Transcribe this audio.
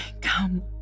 Come